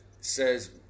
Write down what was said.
says